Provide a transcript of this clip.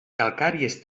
calcàries